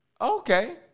okay